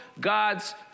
God's